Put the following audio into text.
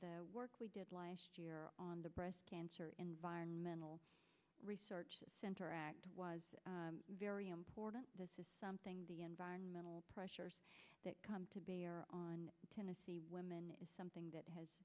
the work we did last year on the breast cancer environmental research center was very important this is something the environmental pressures that come to bear on tennessee women is something that has